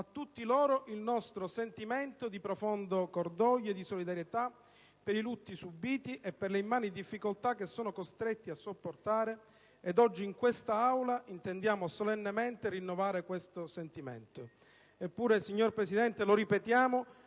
tutti loro il nostro sentimento di profondo cordoglio e di solidarietà per i lutti subiti e per le immani difficoltà che sono costretti a sopportare, ed oggi in questa Aula intendiamo solennemente rinnovare tale sentimento. Eppure, signor Presidente, lo ripetiamo: